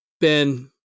Ben